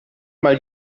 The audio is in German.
mal